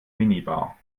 minibar